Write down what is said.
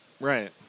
Right